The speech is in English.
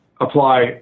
apply